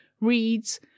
reads